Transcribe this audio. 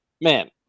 Man